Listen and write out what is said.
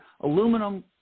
aluminum